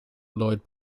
lloyd